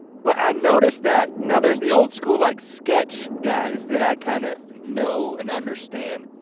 but i noticed that now there's the old school like sketch guys that i kinda know and understand,